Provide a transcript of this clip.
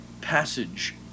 passage